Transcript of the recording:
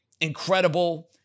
incredible